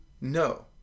no